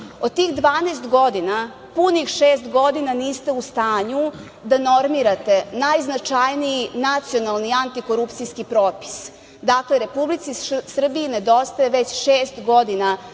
Od tih 12 godina, punih šest godina niste u stanju da normirate najznačajniji nacionalni antikorupcijski propis. Dakle, Republici Srbiji nedostaje već šest godina